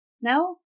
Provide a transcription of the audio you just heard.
No